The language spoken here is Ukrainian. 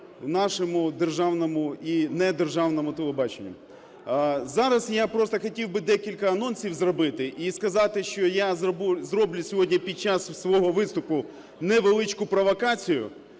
нашому державному і недержавному телебаченню. Зараз я просто хотів би декілька анонсів зробити і сказати, що я зроблю сьогодні, під час свого виступу, невеличку провокацію.